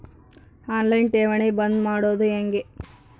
On line ಠೇವಣಿ ಬಂದ್ ಮಾಡೋದು ಹೆಂಗೆ?